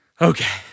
Okay